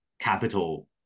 capital